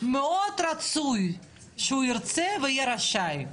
מאוד רצוי שהוא ירצה ויהיה רשאי.